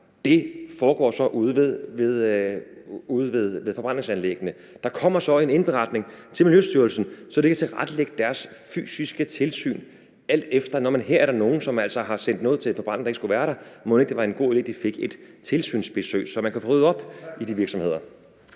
Det foregår så ude på forbrændingsanlæggene. Der kommer så en indberetning til Miljøstyrelsen, så de kan tilrettelægge deres fysiske tilsyn, alt efter om der er nogle, som altså har sendt noget til forbrænding, der ikke skulle have været det, og spørge, om det mon ikke var en god idé, at de fik et tilsynsbesøg, så man kan få ryddet op i de virksomheder?